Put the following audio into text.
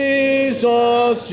Jesus